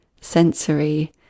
sensory